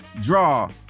draw